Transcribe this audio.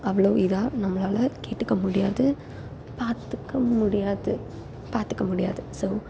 அவ்வளோ இதாக நம்மளால கேட்டுக்க முடியாது பார்த்துக்க முடியாது பார்த்துக்க முடியாது ஸோ